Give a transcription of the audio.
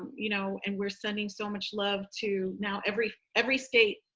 you know, and we're sending so much love to now every every state.